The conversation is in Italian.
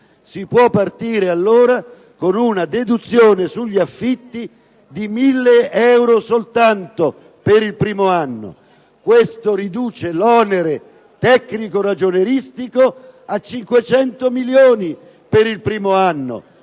si può partire, allora, con una deduzione sugli affitti di 1.000 euro soltanto per il primo anno. Questo riduce l'onere tecnico-ragionieristico a 500 milioni per il primo anno,